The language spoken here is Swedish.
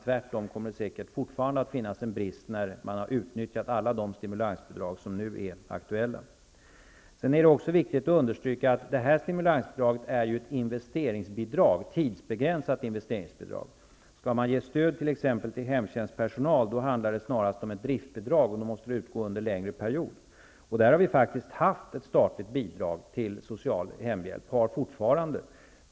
Tvärtom kommer det säkert fortfarande att finnas en brist när man har utnyttjat alla de stimulansbidrag som nu är aktuella. Sedan är det också viktigt att understryka att det här stimulansbidraget är ett tidsbegränsat investeringsbidrag. Skall man ge stöd t.ex. till hemtjänstpersonal handlar det snarast om ett driftbidrag, och då måste det utgå under en längre period. Vi har faktiskt haft, och har fortfarande, ett statligt bidrag till social hemhjälp.